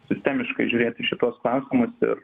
sistemiškai žiūrėt į šituos klausimus ir